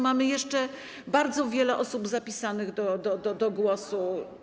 Mamy jeszcze bardzo wiele osób zapisanych do głosu.